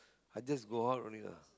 I just go out only lah